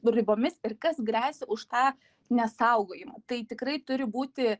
ribomis ir kas gresia už tą nesaugojimą tai tikrai turi būti